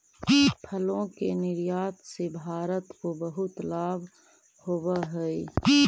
फलों के निर्यात से भारत को बहुत लाभ होवअ हई